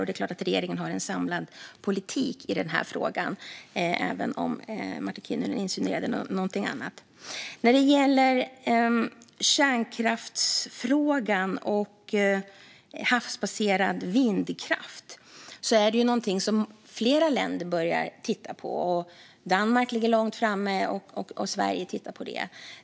Det är klart att regeringen har en samlad politik i denna fråga, även om Martin Kinnunen insinuerade något annat. När det gäller kärnkraftsfrågan och havsbaserad vindkraft är det något som flera länder börjar titta på. Danmark ligger långt framme, och Sverige tittar på det.